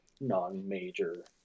non-major